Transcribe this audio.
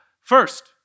First